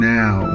now